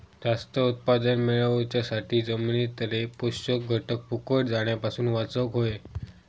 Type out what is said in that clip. जास्त उत्पादन मेळवच्यासाठी जमिनीतले पोषक घटक फुकट जाण्यापासून वाचवक होये